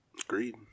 Agreed